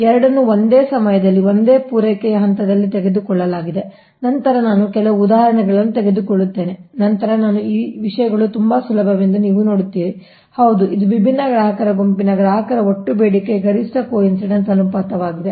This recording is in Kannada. ಎರಡನ್ನೂ ಒಂದೇ ಸಮಯದಲ್ಲಿ ಒಂದೇ ಪೂರೈಕೆಯ ಹಂತದಲ್ಲಿ ತೆಗೆದುಕೊಳ್ಳಲಾಗಿದೆ ನಂತರ ನಾನು ಕೆಲವು ಉದಾಹರಣೆಗಳನ್ನು ತೆಗೆದುಕೊಳ್ಳುತ್ತೇನೆ ನಂತರ ನಾನು ಈ ವಿಷಯಗಳು ತುಂಬಾ ಸುಲಭವೆಂದು ನೀವು ನೋಡುತ್ತೀರಿ ಹೌದು ಇದು ವಿಭಿನ್ನ ಗ್ರಾಹಕರ ಗುಂಪಿನ ಗ್ರಾಹಕರ ಒಟ್ಟು ಬೇಡಿಕೆಯ ಗರಿಷ್ಠ ಕೋಇನ್ಸಿಡೆನ್ಸ್ ಅನುಪಾತವಾಗಿದೆ